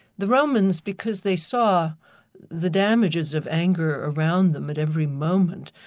the romans, because they saw the damages of anger around them at every moment,